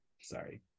sorry